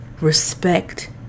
respect